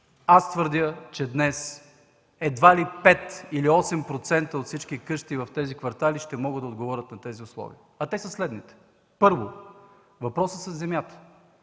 аз твърдя, че днес едва ли пет или осем процента от всички къщи в тези квартали ще могат да отговорят на тези условия. Те са следните: Първо, въпросът със земята.